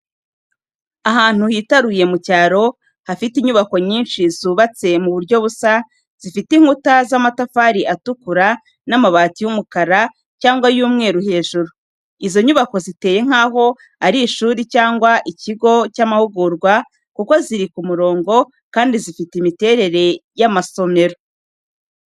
Ahantu hitaruye mu cyaro, hafite inyubako nyinshi zubatse mu buryo busa, zifite inkuta z’amatafari atukura n’amabati y’umukara cyangwa y’umweru hejuru. Izo nyubako ziteye nkaho ari ishuri cyangwa ikigo cy’amahugurwa, kuko ziri ku murongo, kandi zifite imiterere y’amasomero.